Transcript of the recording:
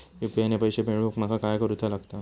UPI ने पैशे मिळवूक माका काय करूचा लागात?